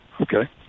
Okay